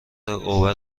اوبر